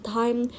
time